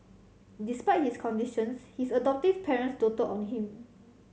despite his conditions his adoptive parents doted on him